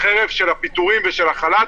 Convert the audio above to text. רועי כהן ולחזור על הסיפור של 10 עובדים.